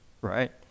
Right